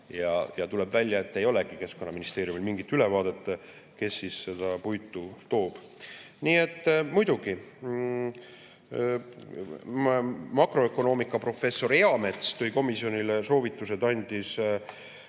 Ja tuleb välja, et ei olegi Keskkonnaministeeriumil mingit ülevaadet, kes siis seda puitu toob. Makroökonoomika professor Eamets esitas komisjonile soovitused ja